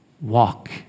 Walk